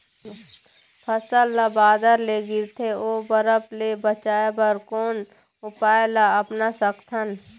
फसल ला बादर ले गिरथे ओ बरफ ले बचाए बर कोन उपाय ला अपना सकथन?